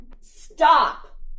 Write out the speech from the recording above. Stop